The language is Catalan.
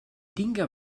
tinga